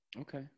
Okay